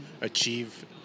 achieve